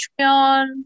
Patreon